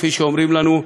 כפי שאומרים לנו,